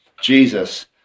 Jesus